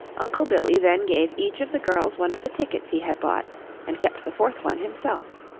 uncle billy then gave each of the girls one of the tickets he had bought and kept the fourth one himself.